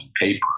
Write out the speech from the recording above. paper